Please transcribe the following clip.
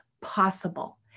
possible